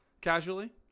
casually